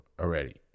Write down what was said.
already